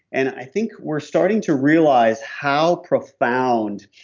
and i think we're starting to realize how profound